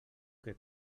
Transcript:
que